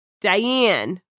Diane